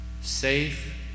Safe